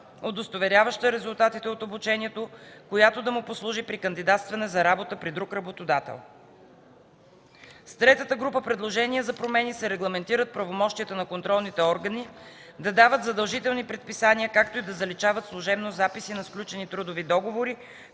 удостоверяваща резултатите от обучението, която да му послужи при кандидатстване за работа при друг работодател. С третата група предложения за промени се регламентират правомощията на контролните органи да дават задължителни предписания както и да заличават служебно записи на сключени трудови договори